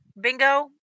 Bingo